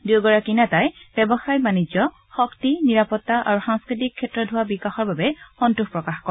দুয়োগৰাকী নেতাই ব্যৱসায় বাণিজ্য শক্তি নিৰাপত্তা আৰু সাংস্কৃতিক ক্ষেত্ৰত হোৱা বিকাশৰ বাবে সন্তোষ প্ৰকাশ কৰে